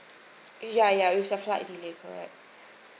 ya ya it was the flight delay correct